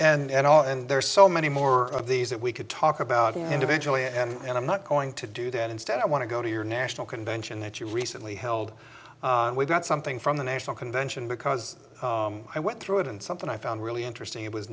depression and all and there are so many more of these that we could talk about individually and i'm not going to do that instead i want to go to your national convention that you recently held we got something from the national convention because i went through it and something i found really interesting it was